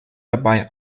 dabei